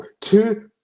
two